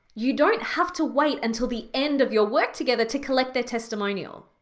you don't have to wait until the end of your work together to collect their testimonial.